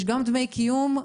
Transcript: יש גם דמי קיום,